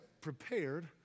prepared